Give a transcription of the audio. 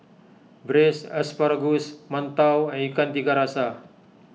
Braised Asparagus Mantou Ikan Tiga Rasa